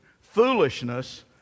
foolishness